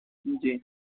जी